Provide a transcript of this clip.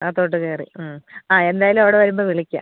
അകത്തോട്ട് കയറി ആ എന്തായാലും അവിടെ വരുമ്പോൾ വിളിക്കാം